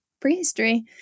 prehistory